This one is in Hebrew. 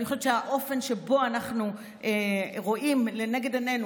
אני חושבת שהאופן שבו אנחנו רואים לנגד עינינו